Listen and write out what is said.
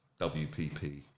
WPP